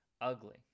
ugly